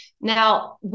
Now